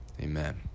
Amen